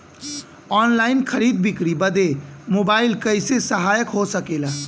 Online खरीद बिक्री बदे मोबाइल कइसे सहायक हो सकेला?